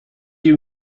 you